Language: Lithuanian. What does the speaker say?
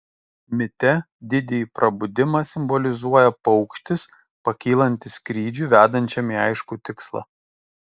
mite didįjį prabudimą simbolizuoja paukštis pakylantis skrydžiui vedančiam į aiškų tikslą